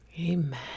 Amen